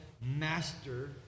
master